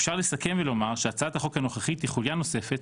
אפשר לסכם ולומר שהצעת החוק הנוכחית היא חוליה נוספת